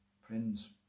Friends